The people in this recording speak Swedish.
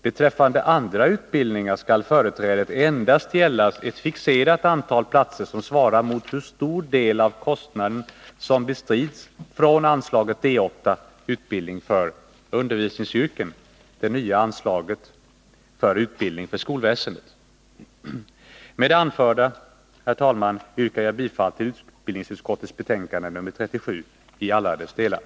Beträffande andra utbildningar skall företrädet endast gälla ett fixerat antal platser, som svarar mot hur stor del av kostnaden som bestrids från anslaget D 8 Utbildning för undervisningsyrken, det nya anslaget för utbildning för skolväsendet. Med det anförda, herr talman, yrkar jag bifall till utbildningsutskottets hemställan i alla delar av dess betänkande nr 37.